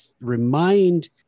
remind